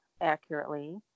accurately